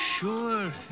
Sure